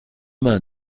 mains